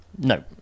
No